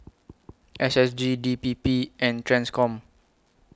S S G D P P and TRANSCOM